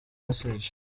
message